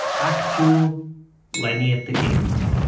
act two lenny at the gate